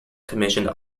commissioned